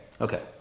okay